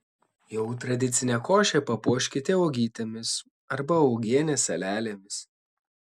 jau tradicinę košę papuoškite uogytėmis arba uogienės salelėmis